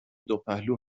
دوپهلو